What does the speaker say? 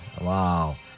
Wow